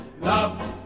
love